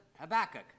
Habakkuk